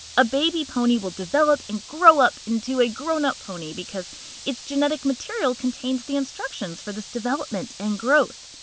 a baby pony will develop and grow up into a grown up pony because its genetic material contains the instructions for this development and growth.